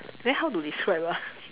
then how to describe ah